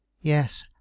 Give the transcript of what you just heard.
yes